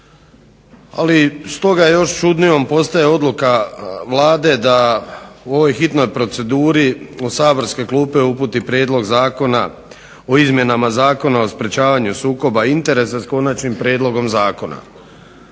ali stoga još čudnijom postaje odluka Vlade da u ovoj hitnoj proceduri u saborske klupe uputi Prijedlog zakona o izmjenama Zakona o sprječavanju sukoba interesa, s konačnim prijedlogom zakona.